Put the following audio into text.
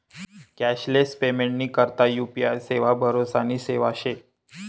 cashless पेमेंटनी करता UPI सेवा भरोसानी सेवा शे